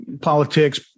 politics